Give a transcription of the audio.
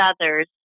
others